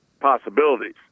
possibilities